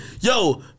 Yo